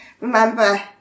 remember